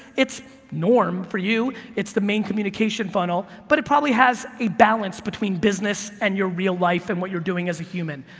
it's norm for you it's the main communication funnel, but it probably has a balance between business and your real life of and what you're doing as a human.